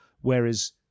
Whereas